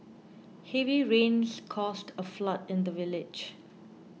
heavy rains caused a flood in the village